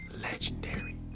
legendary